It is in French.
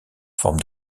forme